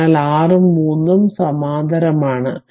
അതിനാൽ 6 Ω ഉം 3 Ω ഉം സമാന്തരമാണ്